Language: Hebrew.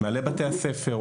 למנהלי בתי הספר,